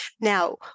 Now